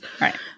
right